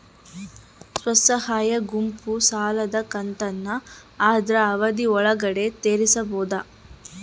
ಸ್ವಸಹಾಯ ಗುಂಪು ಸಾಲದ ಕಂತನ್ನ ಆದ್ರ ಅವಧಿ ಒಳ್ಗಡೆ ತೇರಿಸಬೋದ?